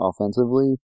offensively